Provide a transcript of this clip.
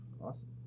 Awesome